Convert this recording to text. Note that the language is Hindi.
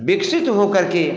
विकसित हो करके